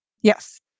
Yes